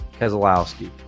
Keselowski